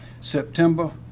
September